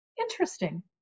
Interesting